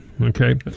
okay